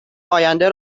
آینده